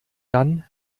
dann